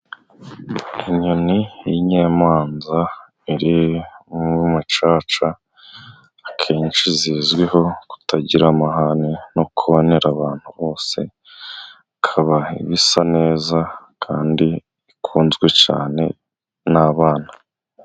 Inyoni y'inyamanza iri mu mucaca akenshi zizwiho kutagira amahane no konera abantu bose ikaba iba isa neza kandi ikunzwe cyane n'abana.